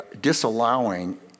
disallowing